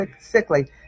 sickly